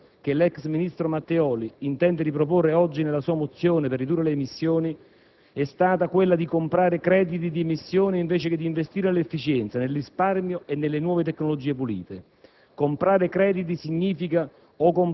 L'unica via intrapresa dal precedente Governo e che l'ex ministro Matteoli intende riproporre oggi nella sua mozione per ridurre le emissioni, è stata quella di comprare crediti di emissione invece che di investire nell'efficienza, nel risparmio e nelle nuove tecnologie pulite.